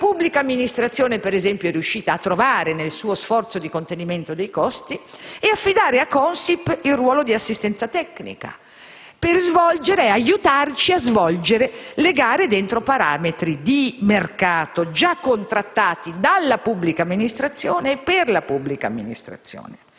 che la pubblica amministrazione, per esempio, è riuscita a trovare nel suo sforzo di contenimento dei costi affidando a CONSIP il ruolo di assistenza tecnica per svolgere e aiutarci a svolgere le gare entro parametri di mercato, già contrattati dalla pubblica amministrazione e per la pubblica amministrazione.